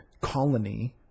colony